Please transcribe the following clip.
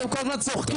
אתם כל הזמן צוחקים.